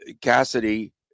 Cassidy